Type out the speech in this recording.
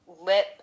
lip